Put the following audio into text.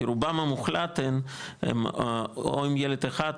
כי רובן המוחלט הן או עם ילד אחד,